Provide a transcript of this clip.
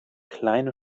kleine